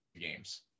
games